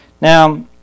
Now